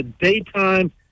daytime